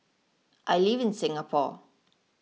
I live in Singapore